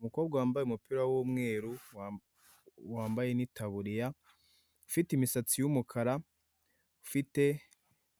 Umukobwa wambaye umupira w'umweru wambaye n'itaburiya ufite imisatsi yumukara ufite